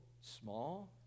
small